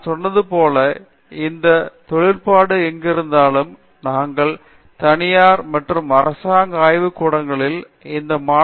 நான் சொன்னது போல் இந்த தொழிற்பாடு எங்கிருந்தாலும் நாங்கள் தனியார் மற்றும் அரசாங்க ஆய்வுக்கூடங்களில் இந்த மாணவர்களுக்கு சில R D நிலைகளை வைத்திருக்கிறோம்